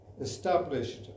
established